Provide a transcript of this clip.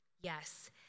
Yes